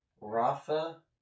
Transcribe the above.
Rafa